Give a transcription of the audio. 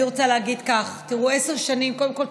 אני רוצה להגיד ככה: קודם כול,